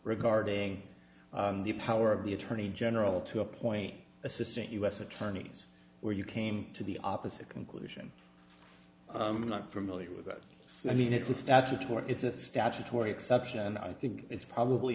regarding the power of the attorney general to appoint assistant u s attorneys where you came to the opposite conclusion i'm not familiar with that so i mean it's a statutory it's a statutory exception i think it's probably